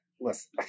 Listen